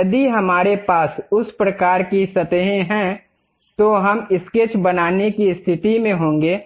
यदि हमारे पास उस प्रकार की सतहें हैं तो हम स्केच बनाने की स्थिति में होंगे